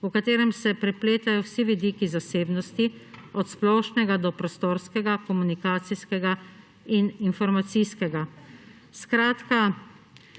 v katerem se prepletajo vsi vidiki zasebnosti od splošnega do prostorskega, komunikacijskega in informacijskega. Svetovalec